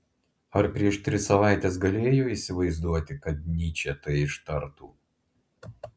ar prieš tris savaites galėjo įsivaizduoti kad nyčė tai ištartų